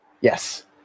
Yes